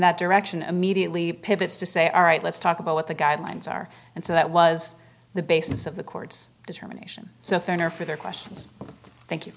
direction immediately pivots to say all right let's talk about what the guidelines are and so that was the basis of the court's determination so fair for their questions thank you